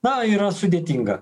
na yra sudėtinga